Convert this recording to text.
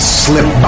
slip